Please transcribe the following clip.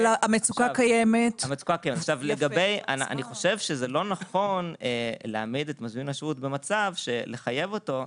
אני חושב שזה לא נכון להעמיד את מזמין השירות במצב של לחייב אותו,